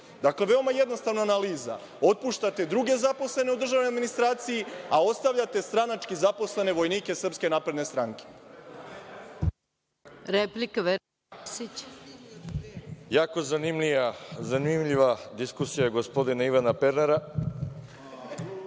to je veoma jednostavna analiza. Otpuštate druge zaposlene u državnoj administraciji, a ostavljate stranački zaposlene vojnike SNS. **Maja